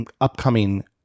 upcoming